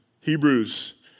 Hebrews